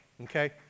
Okay